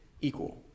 equal